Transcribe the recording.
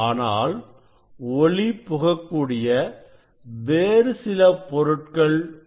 ஆனால் ஒளி புகக் கூடிய வேறு சில பொருள்கள் உள்ளன